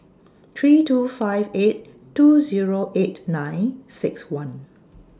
three two five eight two Zero eight nine six one